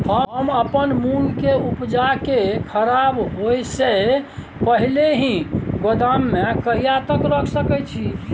हम अपन मूंग के उपजा के खराब होय से पहिले ही गोदाम में कहिया तक रख सके छी?